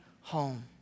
home